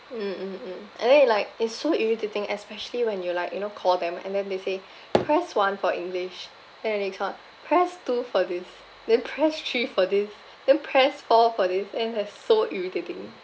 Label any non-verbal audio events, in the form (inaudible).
mm mm mm and then it like it's so irritating especially when you're like you know call them and then they say press one for english then the next one press two for this then press three (laughs) for this then press four for this and that's so irritating